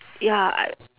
ya